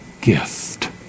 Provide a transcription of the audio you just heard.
gift